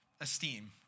esteem